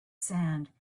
sand